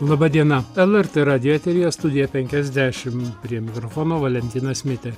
laba diena lrt radijo eteryje studija penkiasdešim prie mikrofono valentinas mitė